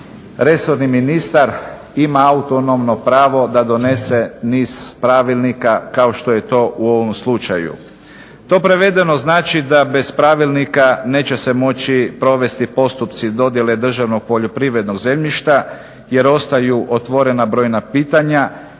resorni ministar ima autonomno pravo da donese niz pravilnika kao što je to u ovom slučaju. To prevedeno znači da bez pravilnika neće se moći provesti postupci dodjele državnog poljoprivrednog zemljišta jer ostaju otvorena brojna pitanja